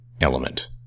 element